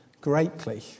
greatly